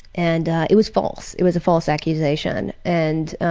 and it was false, it was a false accusation. and